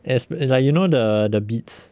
as in like you know the the beats